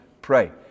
pray